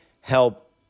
help